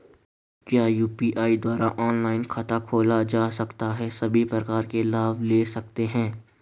क्या यु.पी.आई द्वारा ऑनलाइन खाता खोला जा सकता है सभी प्रकार के लाभ ले सकते हैं?